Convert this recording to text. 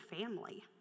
family